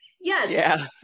Yes